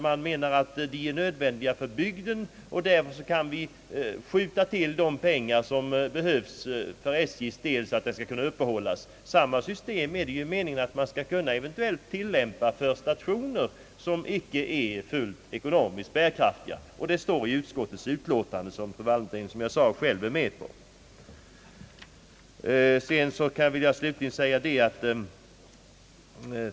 Man menar att om de är nödvändiga för bygden, kan man skjuta till de pengar som SJ behöver för att kunna ha kvar järnvägen. Samma system är det meningen att man eventuellt skall kunna tillämpa för stationer som inte är fullt ekonomiskt bärkraftiga. Det står i utskottets utlåtande, vilket, som jag sade, fru Wallentheim själv är med på.